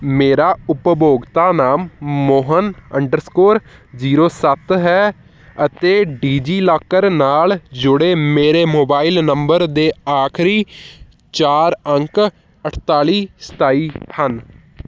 ਮੇਰਾ ਉਪਭੋਗਤਾ ਨਾਮ ਮੋਹਨ ਅੰਡਰ ਸਕੋਰ ਜੀਰੋ ਸੱਤ ਹੈ ਅਤੇ ਡੀਜੀਲਾਕਰ ਨਾਲ ਜੁੜੇ ਮੇਰੇ ਮੋਬਾਇਲ ਨੰਬਰ ਦੇ ਆਖਰੀ ਚਾਰ ਅੰਕ ਅਠਤਾਲੀ ਸਤਾਈ ਹਨ